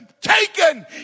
taken